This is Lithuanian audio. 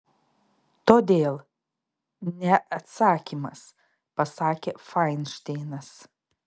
todėl ne atsakymas pasakė fainšteinas